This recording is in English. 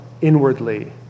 inwardly